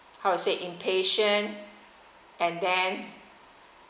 how to say impatient and then